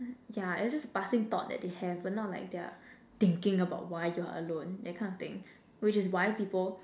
yeah it's just passing thought that they have but not like they're thinking about why you're alone that kind of thing which is why people